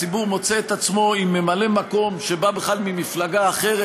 הציבור מוצא את עצמו עם ממלא מקום שבא בכלל ממפלגה אחרת,